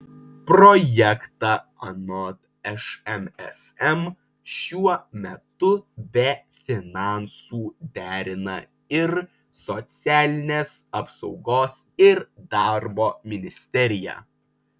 projektą anot šmsm šiuo metu be finansų derina ir socialinės apsaugos ir darbo ministerija